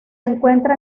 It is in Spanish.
encuentra